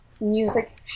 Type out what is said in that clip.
music